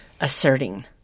asserting